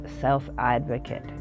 self-advocate